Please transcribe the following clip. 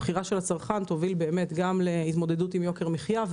הבחירה תוביל להתמודדות עם יוקר מחיה.